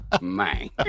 man